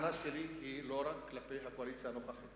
והטענה שלי היא לא רק כלפי הקואליציה הנוכחית